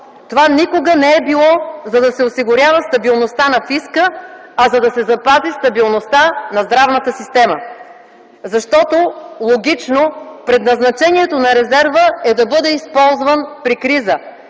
това никога не е било, за да се осигурява стабилността на фиска, а за да се запази стабилността на здравната система. Защото логично предназначението на резерва е да бъде използван при криза,